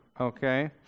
Okay